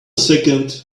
second